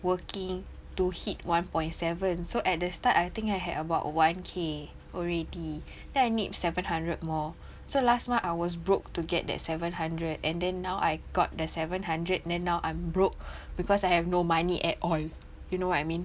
working to hit one point seven so at the start I think I had about one K already then I need seven hundred more so last month I was broke to get that seven hundred and then now I got the seven hundred then now I'm broke cause I have no money at all you know what I mean